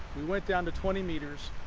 we went down to twenty meters.